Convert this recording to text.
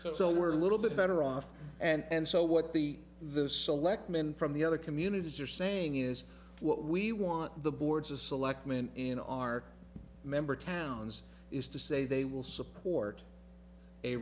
so we're a little bit better off and so what the the selectmen from the other communities are saying is what we want the boards of selectmen in our member towns is to say they will support a